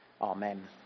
Amen